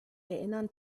erinnern